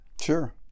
Sure